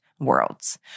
worlds